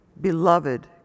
beloved